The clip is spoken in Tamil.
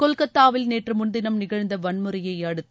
கொல்கத்தாவில் நேற்று முன்தினம் நிகழ்ந்த வன்முறையையடுத்து